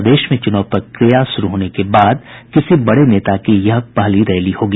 प्रदेश में चुनाव प्रक्रिया शुरू होने के बाद किसी बड़े नेता की यह पहली रैली होगी